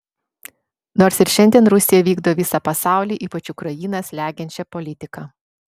nors ir šiandien rusija vykdo visą pasaulį ypač ukrainą slegiančią politiką